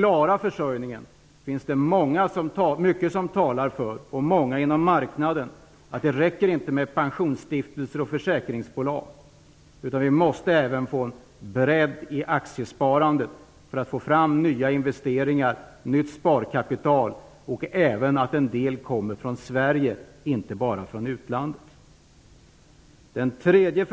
Det finns många inom marknaden som säger att mycket talar för att det inte räcker med pensionsstiftelser och försäkringsbolag utan att vi även måste få en bredd i aktiesparandet för att få fram nya investeringar och nytt sparkapital om vi skall kunna klara försörjningen - en del måste då komma även från Sverige, inte bara från utlandet. För det tredje: